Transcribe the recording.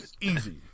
Easy